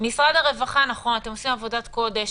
נכון שמשרד הרווחה עושה עבודת קודש,